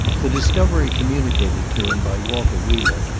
the discovery, communicated to him by walter wheeler,